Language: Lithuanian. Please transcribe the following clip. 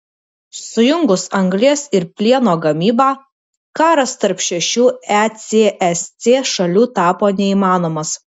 sujungus anglies ir plieno gamybą karas tarp šešių ecsc šalių tapo neįmanomas